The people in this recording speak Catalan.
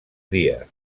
dies